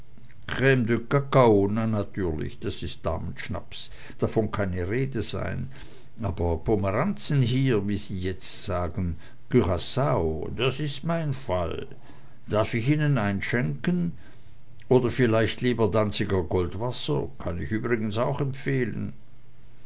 na natürlich das is damenschnaps davon kann keine rede sein aber pomeranzen oder wie sie jetzt sagen curaao das ist mein fall darf ich ihnen einschenken oder vielleicht lieber danziger goldwasser kann ich übrigens auch empfehlen